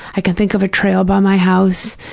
i can think of a trail by my house,